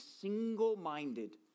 single-minded